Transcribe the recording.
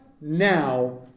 now